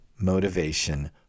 motivation